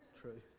true